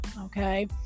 Okay